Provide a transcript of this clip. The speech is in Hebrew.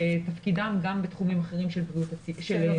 שתפקידן גם בתחומים אחרים של בריאות הציבור,